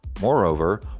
Moreover